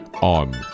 on